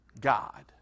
God